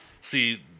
See